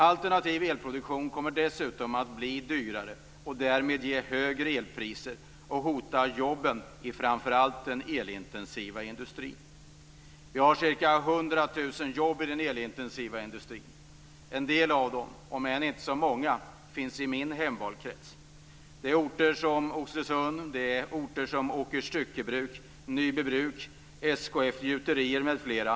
Alternativ elproduktion kommer dessutom att bli dyrare och därmed ge högre elpriser och hota jobben i framför allt den elintensiva industrin. Vi har ca 100 000 jobb i den elintensiva industrin. En del av dem, om än inte så många, finns i min hemmavalkrets, på Oxelösunds järnverk, Åkers styckebruk, Nyby bruk, SKF Gjuterier m.fl.